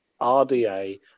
rda